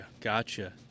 gotcha